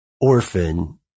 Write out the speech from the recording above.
orphan